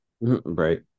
Right